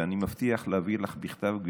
ואני מבטיח להעביר לך בכתב,